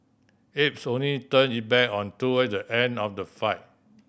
aides only turned it back on toward the end of the flight